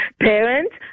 parents